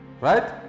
right